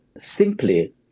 simply